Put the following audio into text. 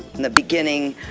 in the beginning,